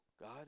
God